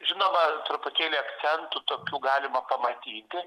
žinoma truputėlį akcentų tokių galima pamatyti